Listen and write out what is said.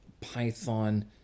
Python